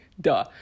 duh